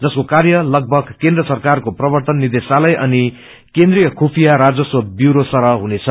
जस्को कार्य लागभग केन्द्र सरकारको प्रर्वतन निदेशालय अनि केन्द्रिय खुफिया राजस्व ब्यूरो सरह हुनेछ